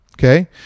Okay